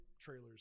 trailers